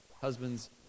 Husbands